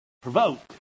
Provoke